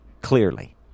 clearly